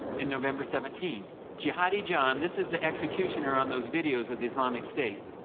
and november seventeen, jihadi john, this is the executioner on those videos of the islamic state,